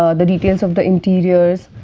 um the details of the interiors,